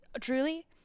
Truly